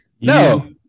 no